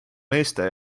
meeste